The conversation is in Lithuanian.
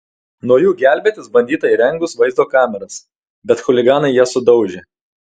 nuo jų gelbėtis bandyta įrengus vaizdo kameras bet chuliganai jas sudaužė